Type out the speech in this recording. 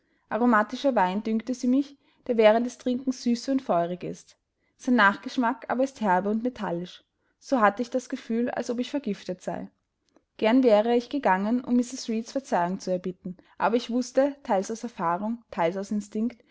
empfunden aromatischer wein dünkte sie mich der während des trinkens süße und feurig ist sein nachgeschmack aber ist herbe und metallisch so hatte ich das gefühl als ob ich vergiftet sei gern wäre ich gegangen um mrs reeds verzeihung zu erbitten aber ich wußte teils aus erfahrung teils aus instinkt